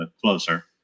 closer